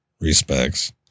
respects